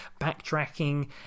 backtracking